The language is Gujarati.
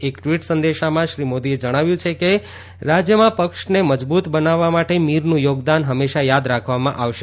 એક ટ્વીટ સંદેશામાં શ્રી મોદીએ જણાવ્યું કે રાજ્યમાં પક્ષને મજબૂત બનાવવા માટે મીરનું યોગદાન હંમેશા યાદ રાખવામાં આવશે